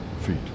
feet